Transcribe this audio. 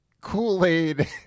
Kool-Aid